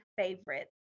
favorites